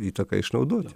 įtaką išnaudot